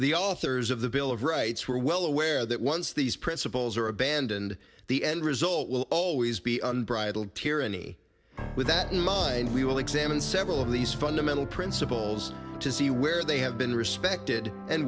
the authors of the bill of rights were well aware that once these principles are abandoned the end result will always be unbridled tyranny with that in mind we will examine several of these fundamental principles to see where they have been respected and